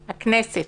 הכנסת,